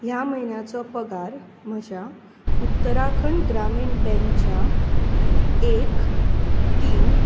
ह्या म्हयन्याचो पगार म्हज्या उत्तराखंड ग्रामीण बँकच्या एक तीन